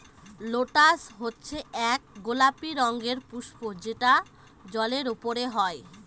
lotus হচ্ছে এক গোলাপি রঙের পুস্প যেটা জলের ওপরে হয়